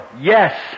Yes